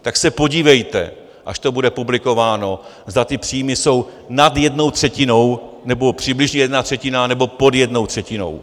Tak se podívejte, až to bude publikováno, zda ty příjmy jsou nad jednou třetinou, nebo přibližně jedna třetina, nebo pod jednou třetinou.